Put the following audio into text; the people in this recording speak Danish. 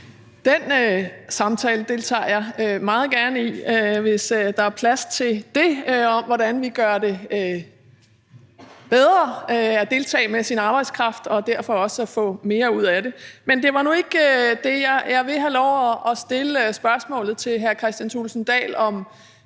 Den samtale deltager jeg meget gerne i, hvis der er plads til det, altså om, hvordan vi gør det bedre at deltage med sin arbejdskraft og derfor også at få mere ud af det. Men det var nu ikke det, jeg ville spørge om. Jeg vil have lov at stille spørgsmålet til hr. Kristian Thulesen Dahl om